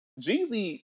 Jeezy